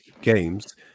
games